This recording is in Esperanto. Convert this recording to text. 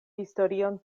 historion